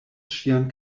ŝian